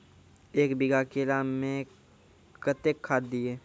एक बीघा केला मैं कत्तेक खाद दिये?